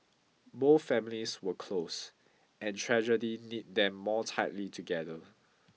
both families were close and tragedy knit them more tightly together